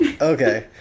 okay